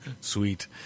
Sweet